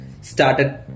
started